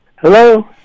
Hello